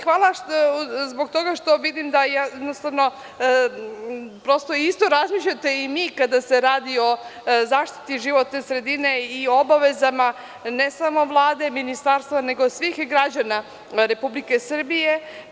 Hvala, zbog toga što vidim da isto razmišljate kao i mi kada se radi o zaštiti životne sredine i obavezama ne samo Vlade, Ministarstva, nego svih građana Republike Srbije.